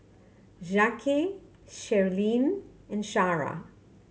Jacquez Sherlyn and Shara